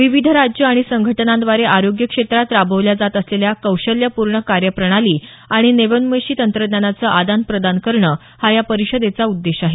विविध राज्यं आणि संघटनांद्वारे आरोग्य क्षेत्रात राबवल्या जात असलेल्या कौशल्यपूर्ण कार्यप्रणाली आणि नवोन्मेषी तंत्रज्ञानाचं आदान प्रदान करणं हा या परिषदेचा उद्देश आहे